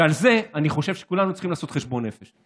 ועל זה אני חושב שכולנו צריכים לעשות חשבון נפש.